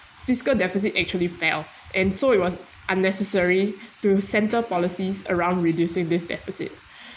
fiscal deficit actually fell and so it was unnecessary through central policies around reducing this deficit